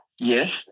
Yes